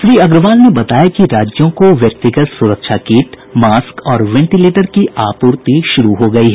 श्री अग्रवाल ने बताया कि राज्यों को व्यक्तिगत सुरक्षा किट मास्क और वेंटिलेटर की आपूर्ति शुरू हो गई है